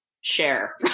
share